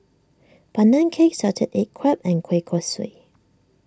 Pandan Cake Salted Egg Crab and Kueh Kosui